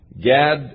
Gad